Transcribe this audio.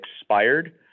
expired